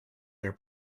their